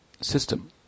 system